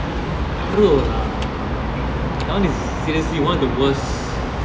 teruk lah the one is seriously one of the worst